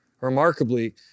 Remarkably